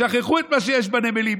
שכחו את מה שיש במילים.